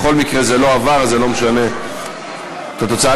בכל מקרה, זה לא עבר, אז זה לא משנה את התוצאה.